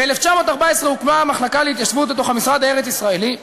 ב-1914 הוקמה המחלקה להתיישבות בתוך "המשרד הארץ-ישראלי".